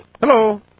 Hello